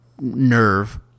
nerve